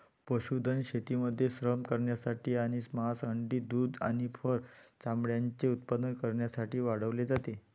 पशुधन शेतीमध्ये श्रम करण्यासाठी आणि मांस, अंडी, दूध आणि फर चामड्याचे उत्पादन करण्यासाठी वाढवले जाते